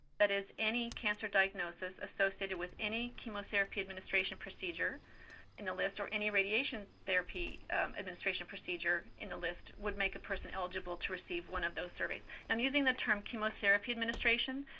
that is, any cancer diagnosis associated with any chemotherapy administration procedure in the list or any radiation therapy administration procedure in the list would make a person eligible to receive one of those surveys. and i'm using the term chemotherapy administration,